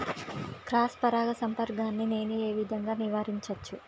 Cross పరాగ సంపర్కాన్ని నేను ఏ విధంగా నివారించచ్చు?